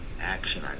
action